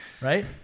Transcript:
Right